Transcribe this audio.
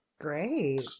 great